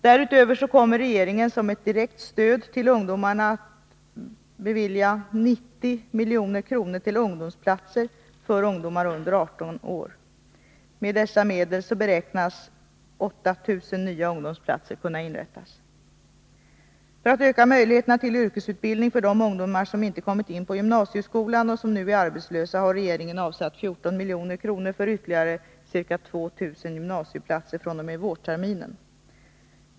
Därutöver kommer regeringen som ett direkt stöd till ungdomarna att bevilja 90 milj.kr. till ungdomsplatser för ungdomar under 18 år. Med dessa medel beräknas 8 000 nya ungdomsplatser kunna inrättas. För att öka möjligheterna till yrkesutbildning för de ungdomar som inte kommit in på gymnasieskolan och som nu är arbetslösa har regeringen avsatt 14 milj.kr. för ytterligare ca 2 000 gymnasieplatser fr.o.m. vårterminen.